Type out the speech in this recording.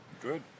Good